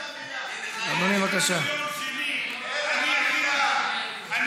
אנחנו עומדים על זכותך הדמוקרטית לדבר ולעשות פה פיליבסטר.